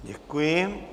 Děkuji.